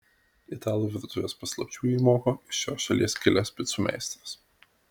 italų virtuvės paslapčių jį moko iš šios šalies kilęs picų meistras